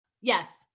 Yes